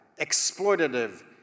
exploitative